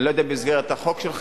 אני לא יודע אם במסגרת החוק שלך,